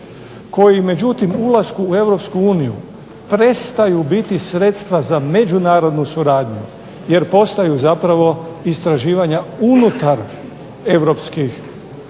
koji međutim ulasku u EU prestaju biti sredstva za međunarodnu suradnju jer postaju zapravo istraživanja unutar